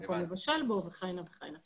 מקום לבשל בו וכהנה וכהנה.